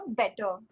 better